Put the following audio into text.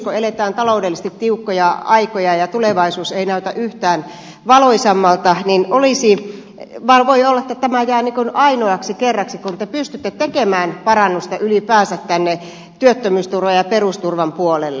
kun eletään taloudellisesti tiukkoja aikoja ja tulevaisuus ei näytä yhtään valoisammalta niin voi olla että tämä jää ainoaksi kerraksi kun te pystytte tekemään parannusta ylipäänsä tänne työttömyysturvan ja perusturvan puolelle